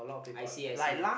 I see I see